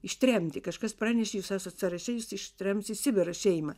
ištremti kažkas pranešė jūs esat sąraše jus ištrems į sibirą šeimą